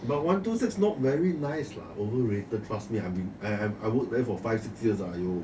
but one to six not very nice lah overrated trust me I I've been I work there for five six years lah !aiyo!